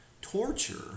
torture